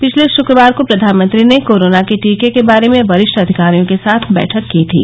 पिछले शुक्रवार को प्रधानमंत्री ने कोरोना के टीके के बारे में वरिष्ठ अधिकारियों के साथ बैठक की थी